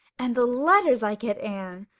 and the letters i get, anne!